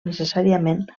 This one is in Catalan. necessàriament